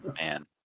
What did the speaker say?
Man